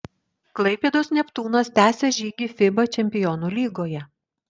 klaipėdos neptūnas tęsia žygį fiba čempionų lygoje